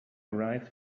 arrived